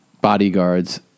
bodyguards